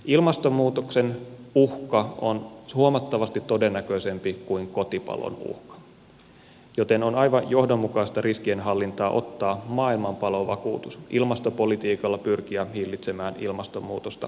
ilmastonmuutoksen uhka on huomattavasti todennäköisempi kuin kotipalon uhka joten on aivan johdonmukaista riskien hallintaa ottaa maailman palovakuutus ilmastopolitiikalla pyrkiä hillitsemään ilmastonmuutosta